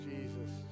Jesus